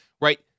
right